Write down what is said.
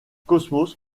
cosmos